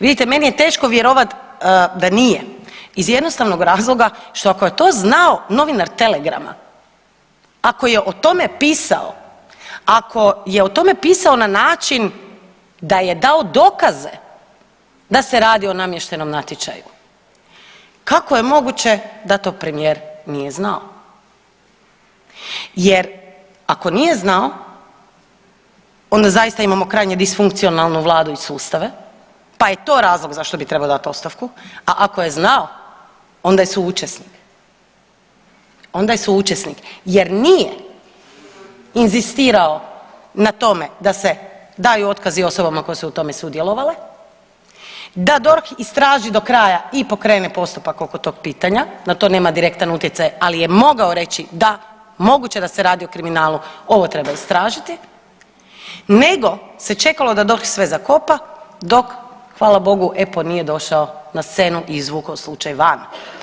Vidite, meni je teško vjerovat da nije iz jednostavnog razloga što ako je to znao novinar Telegrama, ako je o tome pisao, ako je o tome pisao na način da je dao dokaze da se radi o namještenom natječaju, kako je moguće da to premijer nije znao jer ako nije znao onda zaista imamo krajnje disfunkcionalnu vladu i sustave, pa je to razlog zašto bi trebao dat ostavku, a ako je znao onda je suučesnik, onda je suučesnik jer nije inzistirao na tome da se daju otkazi osobama koje su u tome sudjelovale, da DORH istraži do kraja i pokrene postupak oko tog pitanja, na to nema direktan utjecaj, ali je mogao reći da moguće da se radi o kriminalu, ovo treba istražiti nego se čekalo da DORH sve zakopa dok hvala Bogu EPO nije došao na scenu i izvukao slučaj van.